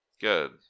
Good